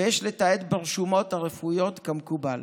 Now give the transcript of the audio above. ויש לתעד ברשומות הרפואיות כמקובל.